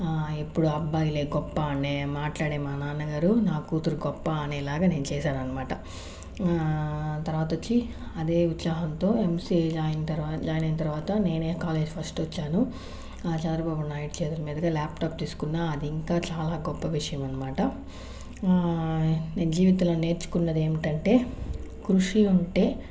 ఎప్పుడు అబ్బాయిలే గొప్ప అని మాట్లాడే మా నాన్నగారు నా కూతురు గొప్ప అనే లాగా నేను చేశాననమాట తర్వాత వచ్చి అదే ఉత్సాహంతో ఎంసీఏ జాయిన్ తర్వాత జాయిన్ అయిన తర్వాత నేనే కాలేజ్ ఫస్ట్ వచ్చాను చంద్రబాబు నాయుడు చేతుల మీదగా ల్యాప్టాప్ తీసుకున్న అది ఇంకా చాలా గొప్ప విషయం అనమాట నేను జీవితంలో నేర్చుకున్నది ఏమిటంటే కృషి ఉంటే